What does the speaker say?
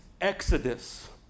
exodus